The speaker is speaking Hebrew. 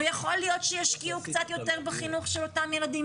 ויכול להיות שישקיעו קצת יותר בחינוך של אותם ילדים.